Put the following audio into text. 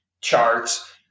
charts